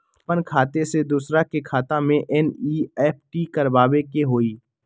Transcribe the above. अपन खाते से दूसरा के खाता में एन.ई.एफ.टी करवावे के हई?